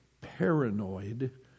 paranoid